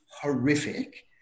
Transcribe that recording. horrific